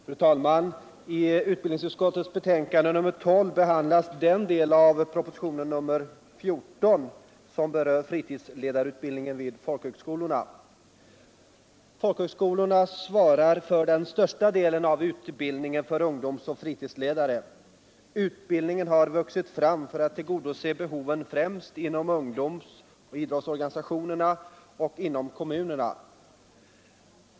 Fru talman! I utbildningsutskottets betänkande nr 12 behandlas den del av propositionen nr 14 som rör fritidsledarutbildningen vid folkhögskolor. Folkhögskolorna svarar för den största delen av utbildningen för ungdomsoch fritidsledare. Utbildningen har vuxit fram för att tillgodose behoven främst inom ungdomsoch idrottsorganisationerna och inom kommunerna.